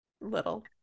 Little